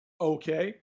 Okay